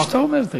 מה שאתה אומר?